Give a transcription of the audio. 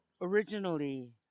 originally